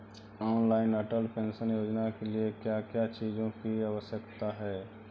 Online Atal pension योजना के लिए क्या क्या चीजों की आवश्यकता है?